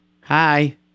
Hi